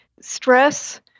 stress